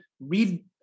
read